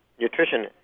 nutrition